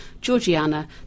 Georgiana